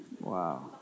Wow